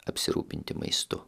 apsirūpinti maistu